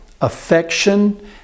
affection